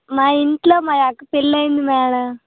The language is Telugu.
మా ఇంట్లో మా అక్క పెళ్ళి అయ్యింది మేడం